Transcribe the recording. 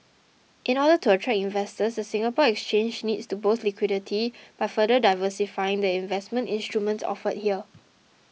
in order to attract investors the Singapore Exchange needs to boost liquidity by further diversifying the investment instruments offered here